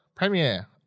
Premiere